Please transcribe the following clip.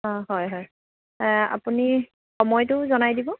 অঁ হয় হয় আপুনি সময়টো জনাই দিব